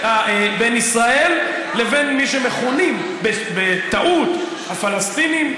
ישראל לבין מי שמכונים בטעות הפלסטינים,